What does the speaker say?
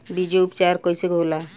बीजो उपचार कईसे होला?